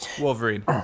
Wolverine